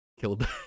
killed